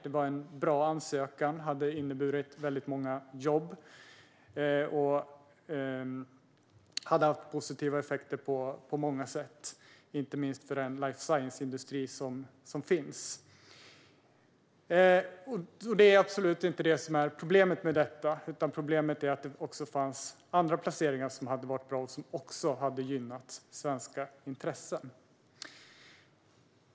Det var en bra ansökan, och den hade inneburit väldigt många jobb och hade haft positiva effekter på många sätt, inte minst för den life science-industri som finns. Det är absolut inte detta som är problemet, utan problemet är att det också fanns andra placeringar som också skulle ha gynnat svenska intressen.